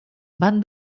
van